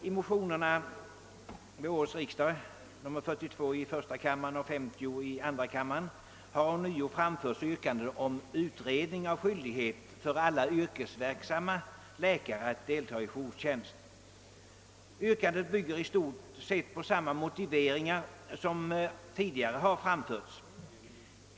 I motionerna vid årets riksdag 1:42 och II: 50 har ånyo framförts yrkande om utredning beträffande införande av principen om skyldighet för alla yrkesverksamma läkare att deltagaa i jourtjänst. Yrkandet bygger i stort sett på samma motiveringar som tidigare framförts.